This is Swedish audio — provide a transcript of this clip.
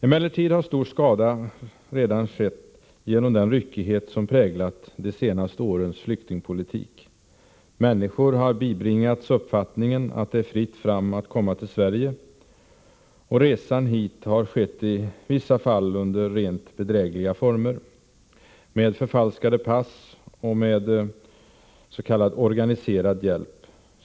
Emellertid har stor skada redan skett genom den ryckighet som präglat de senaste årens flyktingpolitik. Människor har bibringats uppfattningen att det är fritt fram att komma till Sverige, och resan hit har i vissa fall skett under rent bedrägliga former med förfalskade pass och med s.k. organiserad hjälp.